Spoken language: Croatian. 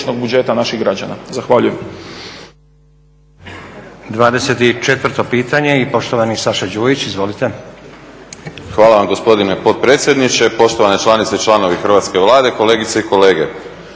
24 pitanje i poštovani Saša Đujić. Izvolite. **Đujić, Saša (SDP)** Hvala vam gospodine potpredsjedniče, poštovane članice i članovi hrvatske Vlade, kolegice i kolege.